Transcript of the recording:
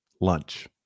lunch